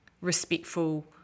respectful